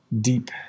deep